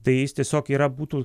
tai jis tiesiog yra būtų